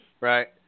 Right